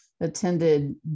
attended